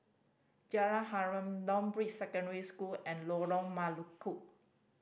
Jalan Harum Northbrooks Secondary School and Lorong Melukut